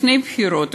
לפני הבחירות,